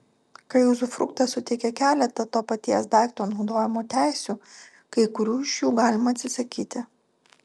kai uzufruktas suteikia keletą to paties daikto naudojimo teisių kai kurių iš jų galima atsisakyti